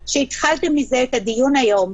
אדם והתחלתם מזה את הדיון היום,